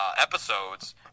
episodes